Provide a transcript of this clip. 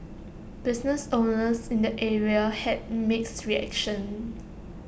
business owners in the area had mixed reactions